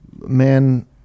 man